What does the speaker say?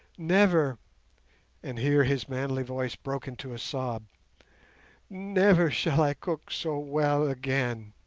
never' and here his manly voice broke into a sob never shall i cook so well again